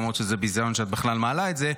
למרות שזה ביזיון שאת בכלל מעלה את זה,